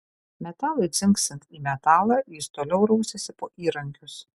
metalui dzingsint į metalą jis toliau rausėsi po įrankius